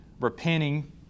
repenting